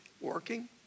working